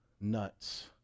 nuts